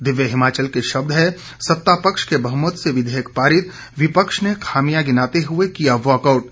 दिव्य हिमाचल के शब्द हैं सत्तापक्ष के बहुमत से विधेयक पारित विपक्ष ने खामियां गिनाते हुए किया वॉकआउट